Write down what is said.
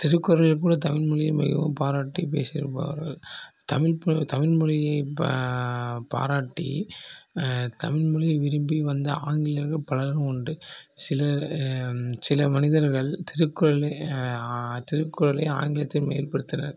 திருக்குறளில் கூட தமிழ்மொழியை மிகவும் பாராட்டிப் பேசிருப்பார்கள் தமிழ் பா தமிழ்மொழியைப் பா பாராட்டி தமிழ்மொழியை விரும்பி வந்த ஆங்கிலேயர்கள் பலரும் உண்டு சிலர் சில மனிதர்கள் திருக்குறளை திருக்குறளை ஆங்கிலத்தில் மேற்படுத்தினர்